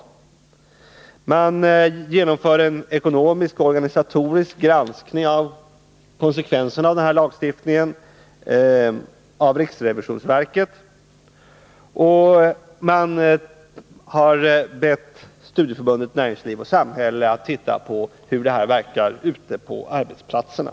Riksrevisionsverket genomför en ekonomisk och organisatorisk granskning av konsekvenserna av lagstiftningen. Studieförbundet Näringsliv och samhälle har ombetts att titta på hur det verkar ute på arbetsplatserna.